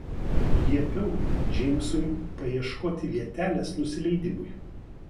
liepiau džeimsui paieškoti vietelės nusileidimui